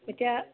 এতিয়া